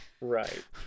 Right